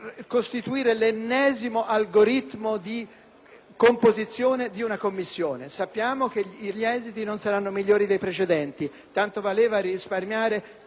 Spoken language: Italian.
composizione di una commissione. Sappiamo che gli esiti non saranno migliori dei precedenti; tanto valeva risparmiare tempo e fatica.